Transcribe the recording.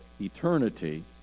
eternity